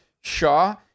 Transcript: Shaw